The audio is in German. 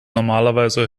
normalerweise